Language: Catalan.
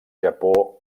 japó